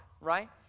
right